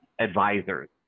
advisors